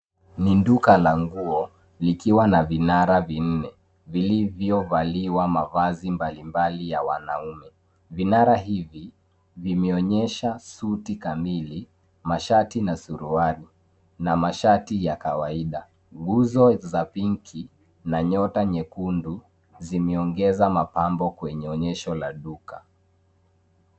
Ni duka la nguo, likiwa na vinara vinne, vilivyovaliwa mavazi mbalimbali ya wanaume. Vinara hivi, vimeonyesha suti kamili, mashati na suruali na mashati za ya kawaida. Nguzo za piniki, na nyota nyekundu, zimeongeza mapambo kwenye onyesho la duka.